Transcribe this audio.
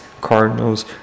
Cardinals